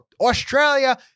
Australia